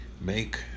Make